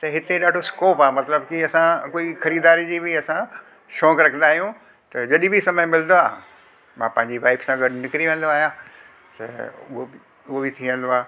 त हिते ॾाढो स्कोप आ मतिलब कि असां कोई ख़रीदारी जी बि असां शौक़ु रखंदा आहियूं त जॾहिं बि समय मिलंदो आहे मां पंहिंजी वाइफ सां गॾु निकरी वेंदो आहियां त उहो बि उहो बि थी वेंदो आहे